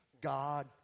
God